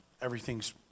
everything's